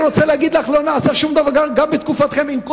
מעולם לא היינו במקום